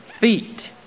feet